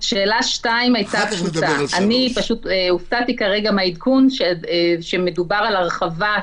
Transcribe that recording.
השנייה הייתה שהופתעתי מהעדכון שמרחיב את